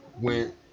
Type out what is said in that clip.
went